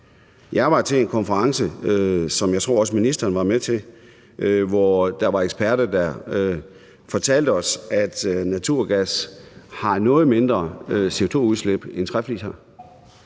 Jeg var til en konference, som jeg også tror ministeren var med til, hvor der var eksperter, der fortalte os, at naturgas har et noget mindre CO2-udslip end træflis.